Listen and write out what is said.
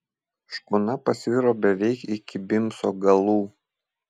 škuna pasviro beveik iki bimso galų